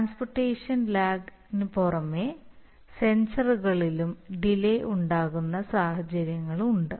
transportation lag പുറമെ സെൻസറുകളിലും delay ഉണ്ടാകുന്ന സാഹചര്യങ്ങളുണ്ട്